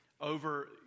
over